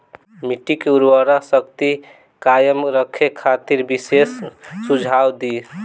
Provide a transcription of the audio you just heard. मिट्टी के उर्वरा शक्ति कायम रखे खातिर विशेष सुझाव दी?